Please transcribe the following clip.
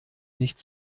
nicht